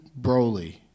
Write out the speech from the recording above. Broly